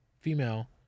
female